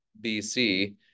BC